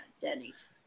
Denny's